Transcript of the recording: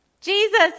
Jesus